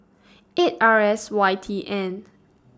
eight R S Y T N